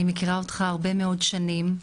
אני מכירה אותך הרבה מאוד שנים.